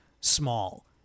small